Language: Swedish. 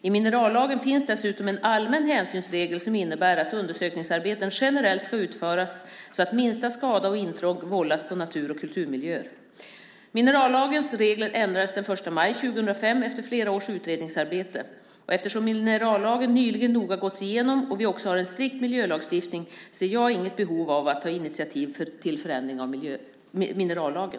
I minerallagen finns dessutom en allmän hänsynsregel som innebär att undersökningsarbeten generellt ska utföras så att minsta skada och intrång vållas på bland annat natur och kulturmiljöer. Minerallagens regler ändrades den 1 maj 2005 efter flera års utredningsarbete. Eftersom minerallagen nyligen noga gåtts igenom och vi också har en strikt miljölagstiftning ser jag inget behov av att ta initiativ till förändring av minerallagen.